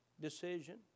decision